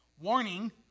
warning